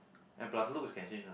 and plus looks can change one